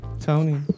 Tony